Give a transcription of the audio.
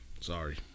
Sorry